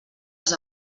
els